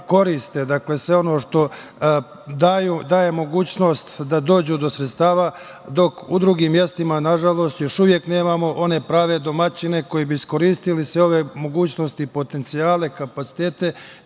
koriste sve ono što daje mogućnost da dođu do sredstava, dok u drugim mestima nažalost, još uvek nemamo one prave domaćine koji bi iskoristili sve ove mogućnosti i potencijale i kapacitete